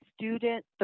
student